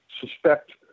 suspect